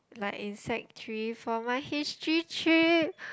like in sec-three for my history trip